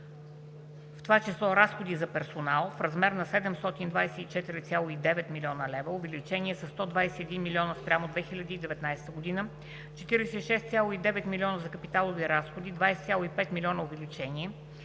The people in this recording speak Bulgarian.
в това число разходи за персонал в размер на 724,9 млн. лв. – увеличение със 121 млн. лв. спрямо 2019 г.; 46,9 млн. лв. за капиталови разходи – 20,5 млн. лв. увеличение,